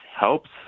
helps